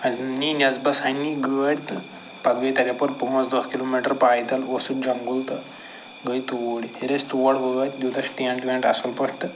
اَسہِ نِی نٮ۪صبس ہا نِی گٲڑۍ تہٕ پَتہٕ گٔیہِ تتہِ اَپور پٲنٛژھ دَہ کِلوٗ میٖٹر پیدَل اوس سُہ جَنگُل تہٕ گٔے توٗرۍ ییٚلہِ أسۍ تور وٲتۍ دیُت اَسہِ ٹٮ۪نٛٹ وٮ۪نٛٹ اَصٕل پٲٹھۍ تہٕ